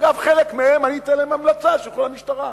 אגב, לחלק מהם אני אתן המלצה שילכו למשטרה.